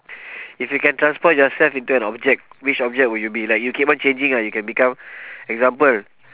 if you can transform yourself into an object which object would you be like you keep on changing ah you can become example